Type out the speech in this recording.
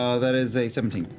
ah that is a seventeen.